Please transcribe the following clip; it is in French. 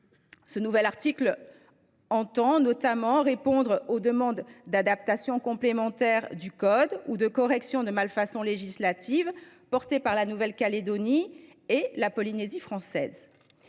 Ce nouvel article vise notamment à répondre aux demandes d’adaptations complémentaires du code ou de corrections de malfaçons législatives formulées par la Nouvelle Calédonie et par la Polynésie française.